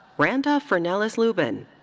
randolph fernelis lubin.